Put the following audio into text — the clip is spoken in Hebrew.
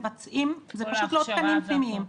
זה פשוט לא תקנים פנימיים.